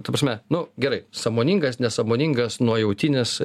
ta prasme nu gerai sąmoningas nesąmoningas nuojautinis